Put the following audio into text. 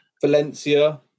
Valencia